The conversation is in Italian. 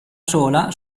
sola